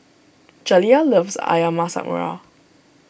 Jaliyah loves Ayam Masak Merah